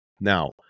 Now